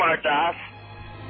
smart-ass